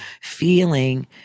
feeling